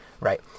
right